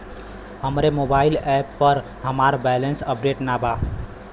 हमरे mobile app पर हमार बैलैंस अपडेट नाई बा